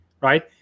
right